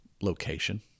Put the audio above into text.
location